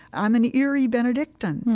i'm an erie benedictine.